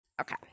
Okay